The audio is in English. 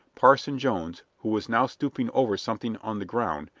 parson jones, who was now stooping over something on the ground,